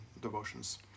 devotions